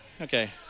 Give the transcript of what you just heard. Okay